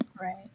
right